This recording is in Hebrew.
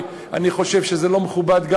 אני חושב שזה גם לא מכובד,